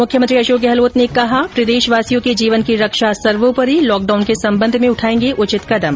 मुख्यमंत्री अशोक गहलोत ने कहा प्रदेशवासियों के जीवन की रक्षा सर्वोपरी लॉकडाउन के संबंध में उठाएंगे उचित कदम